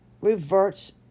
reverts